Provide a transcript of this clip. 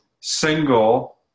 single